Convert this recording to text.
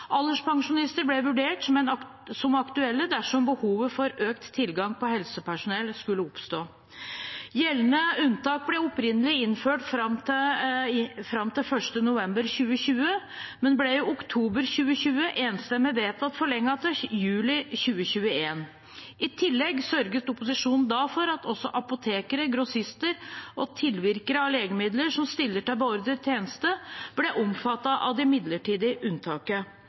Alderspensjonister ble vurdert som aktuelle dersom behov for økt tilgang på helsepersonell skulle oppstå. Gjeldende unntak ble opprinnelig innført fram til 1. november 2020, men ble i oktober 2020 enstemmig vedtatt forlenget til 1. juli 2021. I tillegg sørget opposisjonen da for at også apotekere, grossister og tilvirkere av legemidler som stiller til beordret tjeneste, ble omfattet av det midlertidige unntaket.